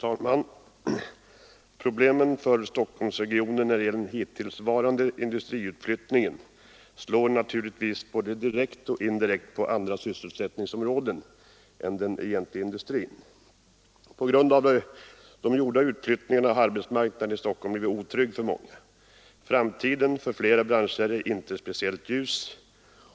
Fru talman! Problemen för Stockholmsregionen när det gäller den hittillsvarande industriutflyttningen berör naturligtvis både direkt och indirekt andra sysselsättningsområden än den egentliga industrin. På grund av utflyttningarna har arbetsmarknaden i Stockholm blivit otrygg för många. Framtiden för flera branscher är inte speciellt ljus.